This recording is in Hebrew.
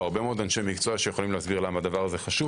הרבה מאוד אנשי מקצוע שיכולים להסביר למה זה חשוב.